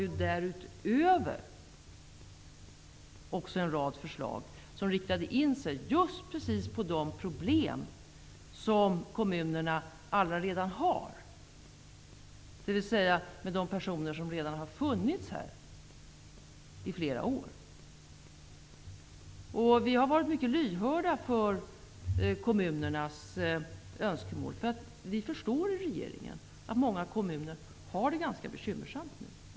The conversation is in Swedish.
Men därutöver fanns en rad förslag som riktade in sig just precis på de problem som kommunerna redan har, dvs. problemen med de personer som har funnits här i flera år. Vi har varit mycket lyhörda för kommunernas önskemål. Vi i regeringen förstår att många kommuner nu har det mycket bekymmersamt.